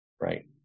Right